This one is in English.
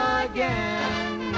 again